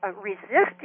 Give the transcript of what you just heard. resisting